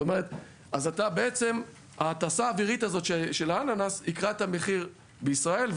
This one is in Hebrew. אז בעצם ההטסה האווירית הזאת של האננס ייקרה את המחיר בישראל,